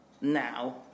now